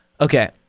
Okay